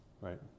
right